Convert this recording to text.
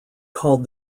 called